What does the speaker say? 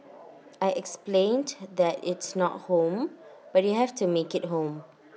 I explained that it's not home but you have to make IT home